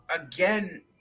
again